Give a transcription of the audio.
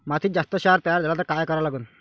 मातीत जास्त क्षार तयार झाला तर काय करा लागन?